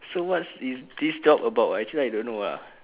so what's is this job about actually I don't know ah